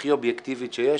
הכי אובייקטיבית שיש,